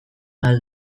ahal